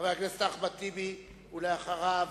חבר הכנסת אחמד טיבי, ואחריו,